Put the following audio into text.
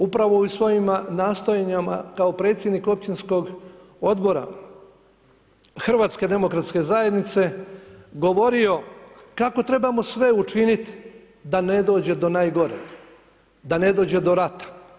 Upravo u svojim nastojanjima kao predsjednik općinskog odbora HDZ-a govorio kako trebamo sve učinit da ne dođe do najgoreg, da ne dođe do rata.